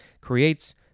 creates